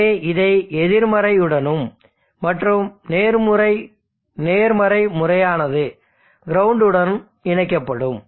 எனவே இதை எதிர்மறை உடனும் மற்றும் நேர்மறை முனையானது கிரவுண்ட் உடன் இணைக்கப்படும்